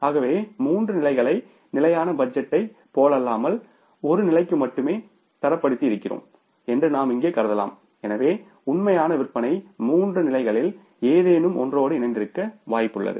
ஆகவே மூன்று நிலைகளை ஸ்டாடிக் பட்ஜெட்டைப் போலல்லாமல் ஒரு நிலைக்கு மட்டும் தரப்படுத்தியிருக்கிறோம் என்று நாம் இங்கே கருதலாம் எனவே உண்மையான விற்பனை மூன்று நிலைகளில் ஏதேனும் ஒன்றோடு இணைந்திருக்க வாய்ப்புள்ளது